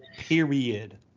Period